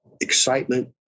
excitement